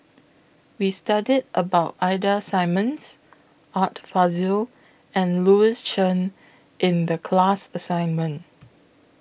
We studied about Ida Simmons Art Fazil and Louis Chen in The class assignment